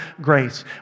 grace